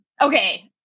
Okay